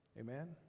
Amen